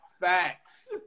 facts